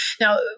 Now